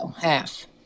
Half